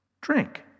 drink